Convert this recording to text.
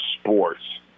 sports